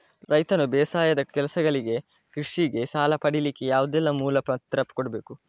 ರೈತನು ಬೇಸಾಯದ ಕೆಲಸಗಳಿಗೆ, ಕೃಷಿಗೆ ಸಾಲ ಪಡಿಲಿಕ್ಕೆ ಯಾವುದೆಲ್ಲ ಮೂಲ ಪತ್ರ ಕೊಡ್ಬೇಕು?